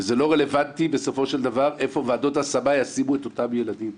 זה לא רלוונטי בסופו של דבר איפה ועדות ההשמה ישימו את אותם ילדים.